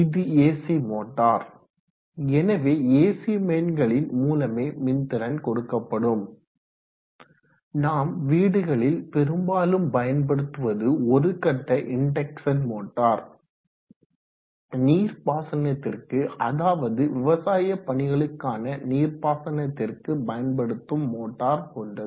இது AC motor எனவே AC மெயின்களின் மூலமே மின்திறன் கொடுக்கப்படும் நாம் வீடுகளில் பெரும்பாலும் பயன்படுத்துவது ஒரு கட்ட இன்டெக்சன் மோட்டார் நீர்ப்பாசனத்திற்கு அதாவது விவசாயப்பணிகளுக்கான நீர் பாசனத்திற்கு பயன்படுத்தும் மோட்டார் போன்றது